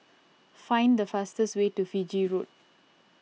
find the fastest way to Fiji Road